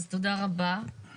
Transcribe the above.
תודה רבה.